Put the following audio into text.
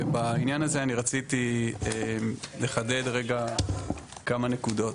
ובעניין הזה אני רציתי לחדד רגע כמה נקודות.